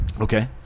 Okay